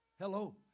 Hello